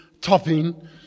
topping